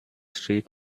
street